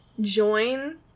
join